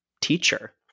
teacher